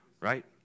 right